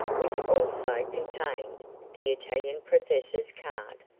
which also contained the italian professor's card.